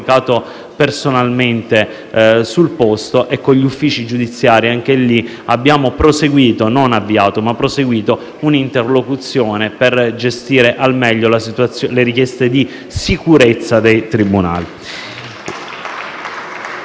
personalmente sul posto e, con gli uffici giudiziari, abbiamo proseguito (non avviato) un'interlocuzione per gestire al meglio le richieste di sicurezza dei tribunali.